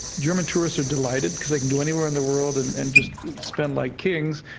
german tourists are delighted, because they can go anywhere in the world and and just spend like kings,